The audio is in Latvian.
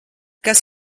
kas